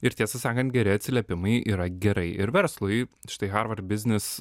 ir tiesą sakant geri atsiliepimai yra gerai ir verslui štai harvard biznis